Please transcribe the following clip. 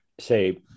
say